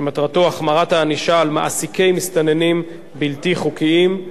שמטרתה החמרת הענישה על מעסיקי מסתננים בלתי חוקיים.